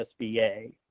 sba